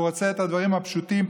הוא רוצה את הדברים הפשוטים,